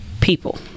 people